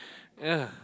yea